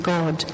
God